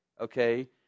Okay